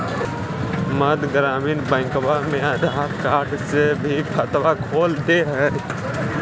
मध्य ग्रामीण बैंकवा मे आधार कार्ड से भी खतवा खोल दे है?